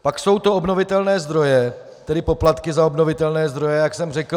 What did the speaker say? Pak jsou to obnovitelné zdroje, tedy poplatky za obnovitelné zdroje, jak jsem řekl.